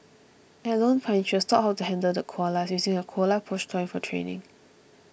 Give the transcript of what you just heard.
at Lone Pine she was taught how to handle the koalas using a koala plush toy for training